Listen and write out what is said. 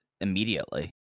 immediately